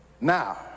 Now